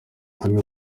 bamwe